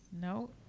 No